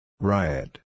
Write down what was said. Riot